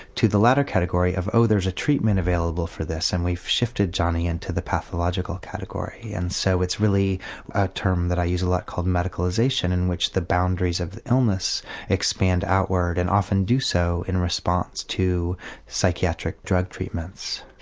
to the later category of oh there's a treatment available for this and we've shifted johnnie into the pathological category. and so it's really a term that i use a lot called medicalisation, in which the boundaries of illness expand outward and often do so in response to psychiatric drug treatments.